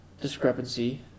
discrepancy